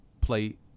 play